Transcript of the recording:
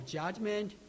judgment